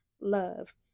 love